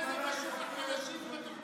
מה זה קשור לחלשים ולתוכנית הכלכלית?